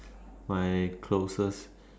my closest